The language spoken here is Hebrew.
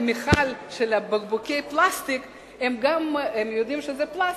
במכל בקבוקי הפלסטיק, הם יודעים שזה לפלסטיק,